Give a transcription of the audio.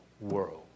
world